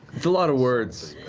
a lot of words.